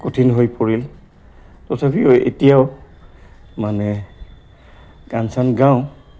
কঠিন হৈ পৰিল তথাপিও এতিয়াও মানে গান চান গাও